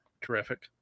Terrific